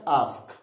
ask